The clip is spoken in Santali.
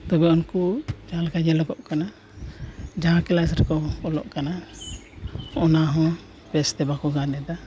ᱛᱚᱵᱮ ᱩᱱᱠᱩ ᱡᱟᱦᱟᱸᱞᱮᱠᱟ ᱧᱮᱞᱚᱜ ᱠᱟᱱᱟ ᱡᱟᱦᱟᱸ ᱠᱮᱞᱟᱥ ᱨᱮᱠᱚ ᱚᱞᱚᱜ ᱠᱟᱱᱟ ᱚᱱᱟᱦᱚᱸ ᱵᱮᱥᱛᱮ ᱵᱟᱠᱚ ᱜᱟᱱᱮᱫᱟ